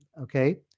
Okay